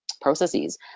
Processes